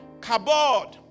Kabod